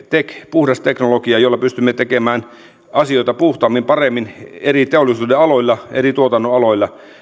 puhdas teknologia jolla pystymme tekemään asioita puhtaammin paremmin eri teollisuuden aloilla eri tuotannon aloilla